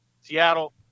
Seattle